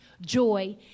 joy